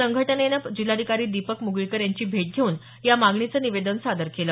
संघटनेनं जिल्हाधिकारी दीपक मुगळीकर यांची भेट घेऊन या मागणीचं निवेदन सादर केलं